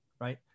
right